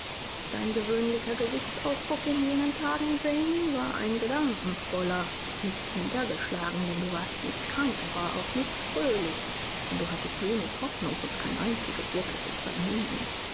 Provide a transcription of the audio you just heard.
dein gewöhnlicher gesichtsausdruck in jenen tagen jane war ein gedankenvoller nicht niedergeschlagen denn du warst nicht krankhaft aber auch nicht fröhlich denn du hattest wenig hoffnung und kein einziges wirkliches vergnügen